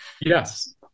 Yes